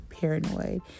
paranoid